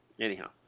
anyhow